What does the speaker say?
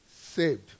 saved